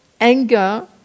anger